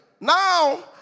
Now